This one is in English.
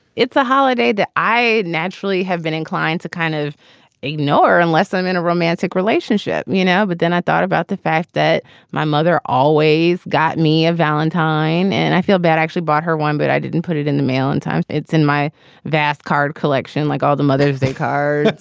it's a holiday that i naturally have been inclined to kind of ignore unless i'm in a romantic relationship, you know. but then i thought about the fact that my mother always got me a valentine and i feel bad actually bought her one, but i didn't put it in the mail in time. it's in my vast card collection, like all the mother of the car,